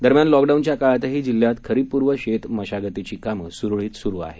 दरम्यान लॉकडाऊनच्या काळातही जिल्ह्यात खरीपपूर्व शेत मशागतीची कामं सुरळीत सुरु आहेत